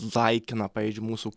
laikina pavyzdžiui mūsų